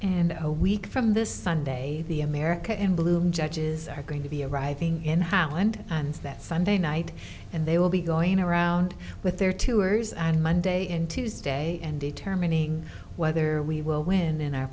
and a week from this sunday the america in bloom judges are going to be arriving in holland and that sunday night and they will be going around with their tours and monday and tuesday and determining whether we will win in our